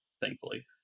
thankfully